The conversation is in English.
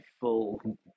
full